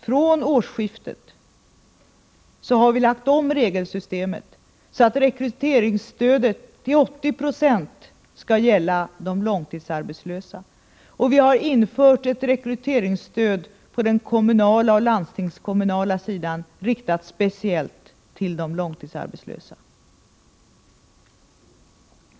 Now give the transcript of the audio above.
Från årsskiftet har vi lagt om regelsystemet, så att rekryteringsstödet till 80 90 skall gälla de långtidsarbetslösa, och vi har infört ett rekryteringsstöd på den kommunala och landstingskommunala sidan, speciellt riktat till de långtidsarbetslösa.